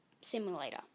Simulator